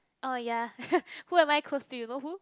oh yea who am I close to you know who